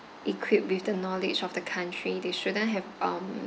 equipped with the knowledge of the country they shouldn't have um